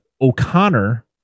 O'Connor